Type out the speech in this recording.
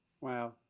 Wow